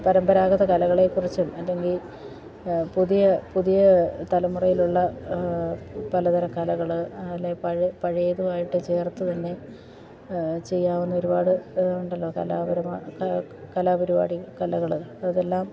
പരമ്പരാഗത കലകളെ കുറിച്ചും അല്ലെങ്കിൽ പുതിയ പുതിയ തലമുറയിലുള്ള പലതരം കലകൾ അല്ലെ പഴയതുമായിട്ട് ചേർത്തു തന്നെ ചെയ്യാവുന്ന ഒരുപാട് ഉണ്ടല്ലോ കലാപരിപാടി കലകൾ അതെല്ലാം